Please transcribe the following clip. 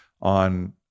on